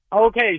Okay